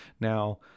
Now